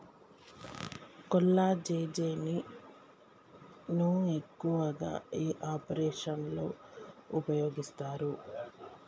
కొల్లాజెజేని ను ఎక్కువగా ఏ ఆపరేషన్లలో ఉపయోగిస్తారు?